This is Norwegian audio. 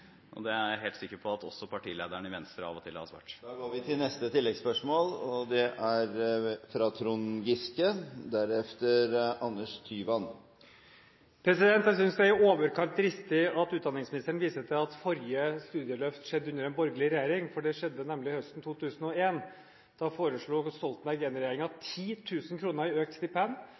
er jeg helt sikker på at også partilederen i Venstre av og til har svart. Trond Giske – til oppfølgingsspørsmål. Jeg synes det er i overkant dristig at kunnskapsministeren viser til at forrige studieløft skjedde under en borgerlig regjering, for det skjedde nemlig høsten 2001. Da foreslo Stoltenberg I-regjeringen 10 000 kr i økt stipend.